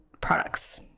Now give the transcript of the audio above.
products